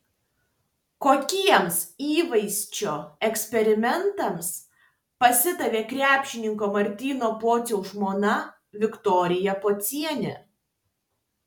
kokiems įvaizdžio eksperimentams pasidavė krepšininko martyno pociaus žmona viktorija pocienė